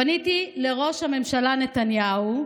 פניתי לראש הממשלה נתניהו,